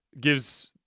gives